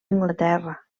anglaterra